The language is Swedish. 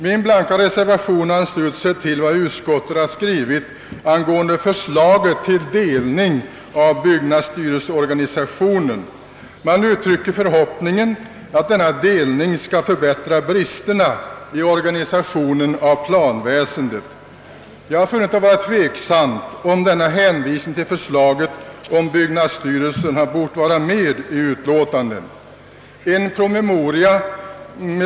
Min blanka reservation ansluter sig till vad utskottet har skrivit angående förslaget till delning av byggnadsstyrelseorganisationen. Man uttrycker förhoppningen att denna delning skall lindra bristerna i organisationen av planväsendet. Jag har funnit det vara tveksamt, om denna hänvisning till förslaget angående byggnadsstyrelsen hade bort vara med i utlåtandet.